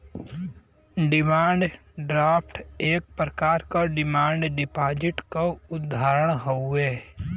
demand draft एक प्रकार क डिमांड डिपाजिट क उदाहरण हउवे